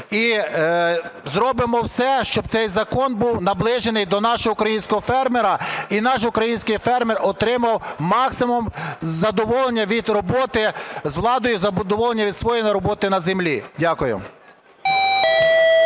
і зробимо все, щоб цей закон був наближений до нашого українського фермера і наш український фермер отримав максимум задоволення від роботи з владою, задоволення від своєї роботи на землі. Дякую.